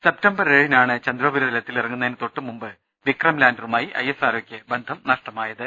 September ഏഴിനാണ് ചന്ദ്രോപരിതലത്തിൽ ഇറങ്ങുന്നതിന് തൊട്ടുമുമ്പ് വിക്രം ലാന്ററുമായി ഐഎസ്ആർഒക്ക് ബന്ധം നഷ്ട മായത്